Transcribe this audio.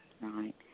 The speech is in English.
Right